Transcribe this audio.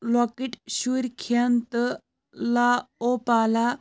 لۄکٕٹۍ شُرۍ کھیٚن تہٕ لا اوپالا